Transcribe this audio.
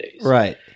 right